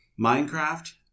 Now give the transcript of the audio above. Minecraft